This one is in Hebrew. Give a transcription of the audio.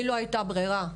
לי לא הייתה ברירה,